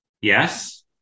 yes